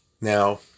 Now